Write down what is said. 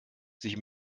sich